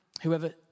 whoever